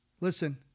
Listen